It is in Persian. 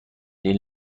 این